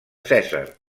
cèsar